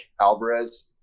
alvarez